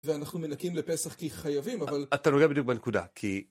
ואנחנו מנקים לפסח, כי חייבים אבל אתה נוגע בדיוק בנקודה, כי...